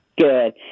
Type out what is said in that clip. Good